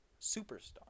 superstar